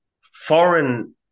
foreign